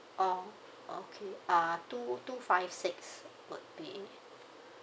oh okay uh two two five six would be